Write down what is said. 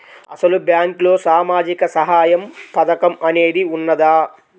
అసలు బ్యాంక్లో సామాజిక సహాయం పథకం అనేది వున్నదా?